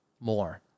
more